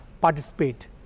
participate